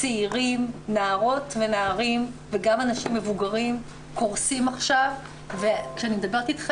צעירים נערות ונערים וגם אנשים מבוגרים קורסים עכשיו וכשאני מדברת אתכם,